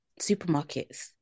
supermarkets